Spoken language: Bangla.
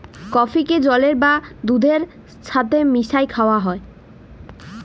কফিকে জলের বা দুহুদের ছাথে মিশাঁয় খাউয়া হ্যয়